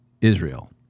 Israel